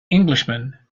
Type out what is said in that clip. englishman